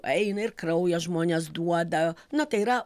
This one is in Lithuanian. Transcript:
eina ir kraują žmonės duoda na tai yra